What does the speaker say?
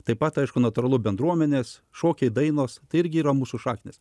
taip pat aišku natūralu bendruomenės šokiai dainos tai irgi yra mūsų šaknys